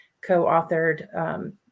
co-authored